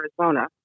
Arizona